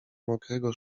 mokrego